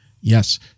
Yes